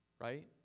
right